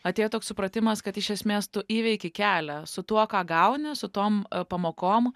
atėjo toks supratimas kad iš esmės tu įveiki kelią su tuo ką gauni su tom pamokom